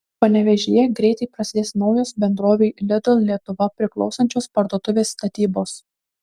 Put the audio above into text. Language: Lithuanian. panevėžyje greitai prasidės naujos bendrovei lidl lietuva priklausančios parduotuvės statybos